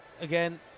again